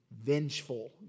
vengeful